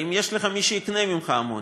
האם יש לך מי שיקנה ממך אמוניה?